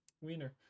Wiener